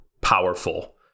powerful